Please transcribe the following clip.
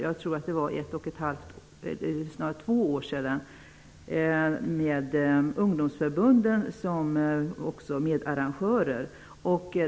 Jag tror det var för snart två år sedan. Ungdomsförbunden var medarrangörer.